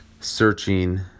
searching